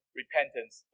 repentance